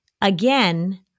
again